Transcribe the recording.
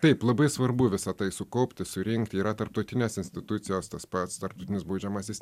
taip labai svarbu visa tai sukaupti surinkti yra tarptautinės institucijos tas pats tarptautinis baudžiamasis